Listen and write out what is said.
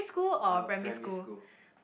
err primary school